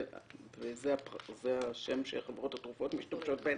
זה השם שחברות התרופות משתמשות בו.